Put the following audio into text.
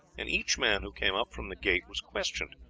and each man who came up from the gate was questioned.